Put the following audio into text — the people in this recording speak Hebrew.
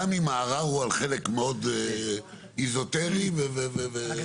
אם הערר הוא על חלק מאוד איזוטרי וכו'.